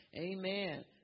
Amen